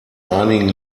einigen